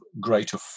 greater